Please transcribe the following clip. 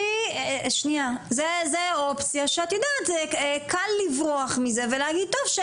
זו אופציה שקל לברוח מזה, ולהגיד, טוב,